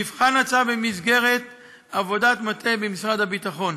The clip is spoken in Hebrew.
נבחן הצו במסגרת עבודת מטה במשרד הביטחון.